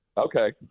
Okay